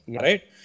Right